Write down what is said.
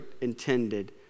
intended